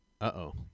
uh-oh